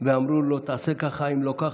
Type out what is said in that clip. ואמרו לו: תעשה ככה, אם לא ככה.